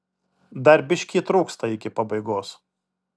dar biškį trūksta iki pabaigos